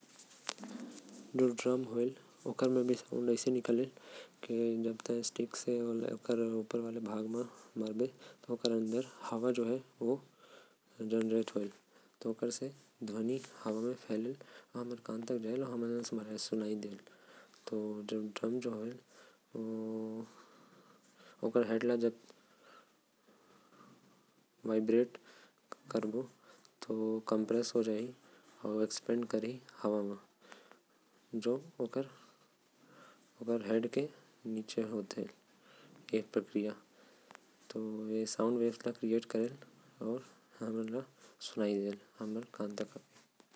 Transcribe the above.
जो ड्रम होएल ओकर म से भी ध्वनि ऐससने निकलेल। के जब ओकर ऊपर वाला हिस्सा ल स्टिक से मरब तो प्रज्वलित होएल। ध्वनि ह हवा में फैलते आऊ हमर कान तक जायल आऊ हमन ला सुनाई देते। ड्रम जो है ओकर हेड ला जब वाइब्रेट कार्बो त ओ। कंप्रेस हो जाहि आऊ एक्सपैंड करही हवा म। ए प्रक्रिया ओकर हेड के नीचे होते।